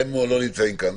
והם לא נמצאים פה.